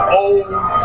old